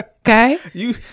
Okay